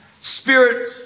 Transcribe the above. spirit